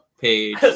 page